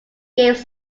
games